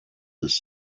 des